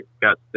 got